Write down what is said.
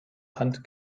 hand